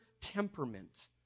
temperament